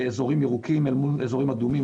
אזורים ירוקים אל מול אזורים אדומים,